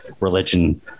religion